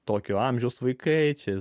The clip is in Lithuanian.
tokio amžiaus vaikai čia